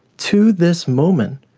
to this moment,